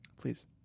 Please